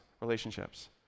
relationships